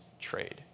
trade